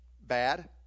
bad